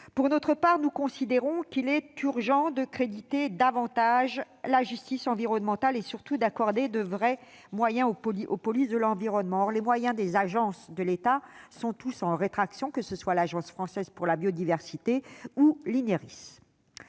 Pour notre part, nous considérons qu'il est urgent de donner davantage de crédit à la justice environnementale et, surtout, d'accorder de vrais moyens aux polices de l'environnement. Or les moyens des agences de l'État, que ce soit l'Agence française pour la biodiversité ou l'Institut